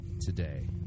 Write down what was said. today